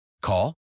Call